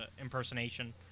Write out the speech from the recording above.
impersonation